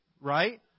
Right